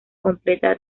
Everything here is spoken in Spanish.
completa